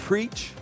Preach